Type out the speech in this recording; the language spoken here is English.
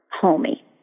homey